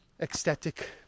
ecstatic